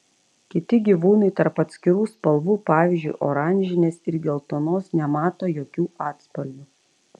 kiti gyvūnai tarp atskirų spalvų pavyzdžiui oranžinės ir geltonos nemato jokių atspalvių